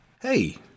hey